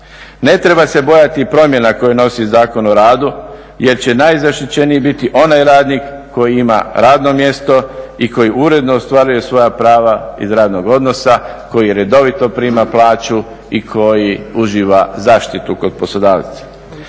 Ne treba se bojati promjena koje nosi Zakon o radu, jer će najzaštićeniji biti onaj radnik koji ima radno mjesto i koji uredno ostvaruje svoja prava iz radnog odnosa, koji redovito prima plaću i koji uživa zaštitu kod poslodavaca.